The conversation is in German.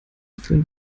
führen